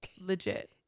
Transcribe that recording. Legit